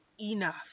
enough